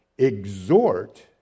exhort